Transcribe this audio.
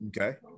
okay